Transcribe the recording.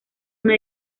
una